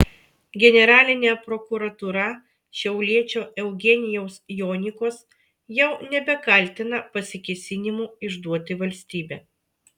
generalinė prokuratūra šiauliečio eugenijaus jonikos jau nebekaltina pasikėsinimu išduoti valstybę